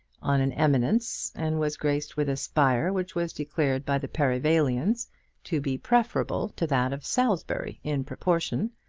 on an eminence, and was graced with a spire which was declared by the perivalians to be preferable to that of salisbury in proportion,